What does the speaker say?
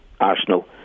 Arsenal